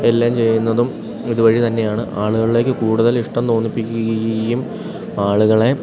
എല്ലാം ചെയ്യുന്നതും ഇതു വഴി തന്നെയാണ് ആളുകളിലേക്ക് കൂടുതലിഷ്ടം തോന്നിപ്പിക്കുകയും ആളുകളെ